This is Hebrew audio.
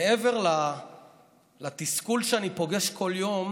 מעבר לתסכול שאני פוגש כל יום